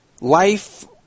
life